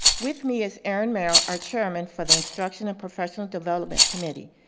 with me is erin merrill, our chairman for the instruction of professional development committee.